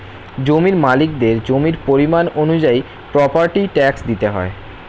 জমির মালিকদের জমির পরিমাণ অনুযায়ী প্রপার্টি ট্যাক্স দিতে হয়